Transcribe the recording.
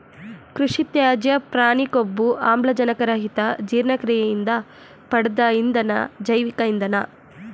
ಕೃಷಿತ್ಯಾಜ್ಯ ಪ್ರಾಣಿಕೊಬ್ಬು ಆಮ್ಲಜನಕರಹಿತಜೀರ್ಣಕ್ರಿಯೆಯಿಂದ ಪಡ್ದ ಇಂಧನ ಜೈವಿಕ ಇಂಧನ